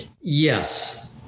Yes